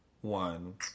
one